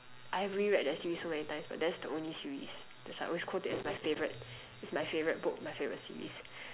I've reread that series so many times but that's the only series that's why I always quote it as my favorite that's my favorite book my favorite series